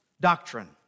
doctrine